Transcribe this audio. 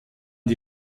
die